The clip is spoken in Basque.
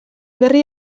berri